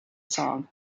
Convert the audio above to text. song